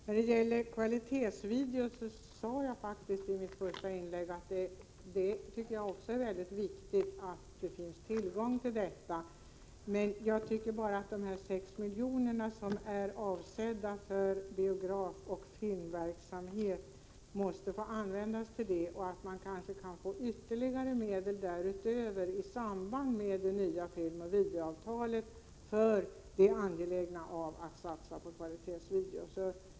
När det gäller kvalitetsvideo sade jag faktiskt i mitt första inlägg att det är viktigt att det finns tillgång till sådan, men jag tycker bara att de 6 milj.kr. som är avsedda för biografoch filmverksamhet måste få användas till det och att man kanske skall försöka få ytterligare medel därutöver i samband med det nya filmoch videoavtalet för den angelägna satsningen på kvalitetsvideo.